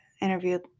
interviewed